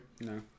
No